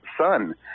son